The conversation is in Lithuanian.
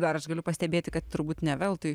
dar aš galiu pastebėt tai kad turbūt ne veltui